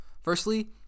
Firstly